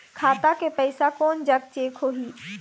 खाता के पैसा कोन जग चेक होही?